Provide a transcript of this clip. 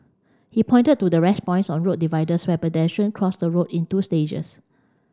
he pointed to the rest points on road dividers where pedestrian cross the road in two stages